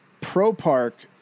pro-park